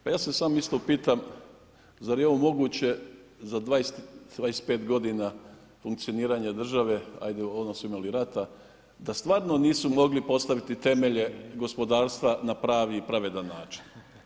Pa ja se sam isto pitam zar je ovo moguće za 25 godina funkcioniranja države, ajde onda smo imali rata, da stvarno nisu mogli postaviti temelje gospodarstva na pravi i pravedan način.